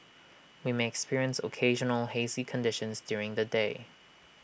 we may experience occasional hazy conditions during the day